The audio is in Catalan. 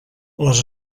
les